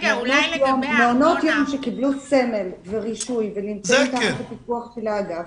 מעונות יום שקיבלו סמל ורישוי ונמצאים תחת פיקוח האגף,